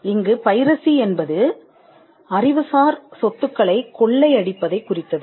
இங்கு பைரசி என்பது அறிவுசார் சொத்துக்களைக் கொள்ளை அடிப்பதைக் குறித்தது